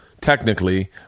technically